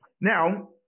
Now